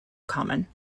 common